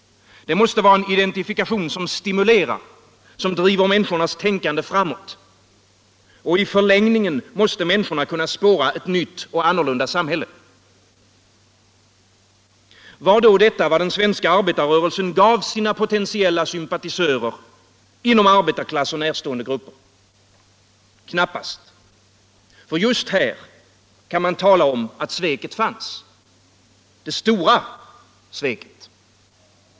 Det måste vara en identifikation som stimulerar, driver människornas tänkande framåt. I förlängningen måste människorna kunna spåra ett nytt och annorlunda samhälle. Var detta vad svensk arbetarrörelse gav sina potentiella sympatisörer inom arbetarklass och närstående grupper? Knappast. Just här kan man tala om att sveket fanns. Det stora sveket.